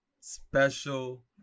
special